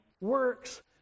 works